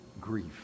grief